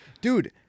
Dude